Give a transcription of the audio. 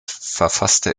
verfasste